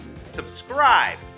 subscribe